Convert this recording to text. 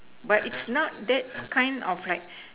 but it's not that kind of like